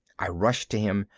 i rushed to him.